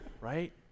right